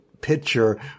picture